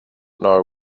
know